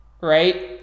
right